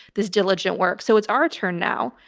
this diligent work. so it's our turn now.